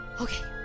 Okay